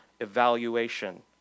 evaluation